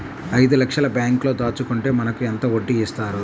ఐదు లక్షల బ్యాంక్లో దాచుకుంటే మనకు ఎంత వడ్డీ ఇస్తారు?